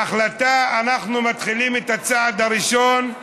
ההחלטה: אנחנו מתחילים את הצעד הראשון,